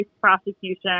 prosecution